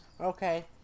Okay